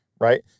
right